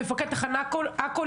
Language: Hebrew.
מפקד תחנה עכו,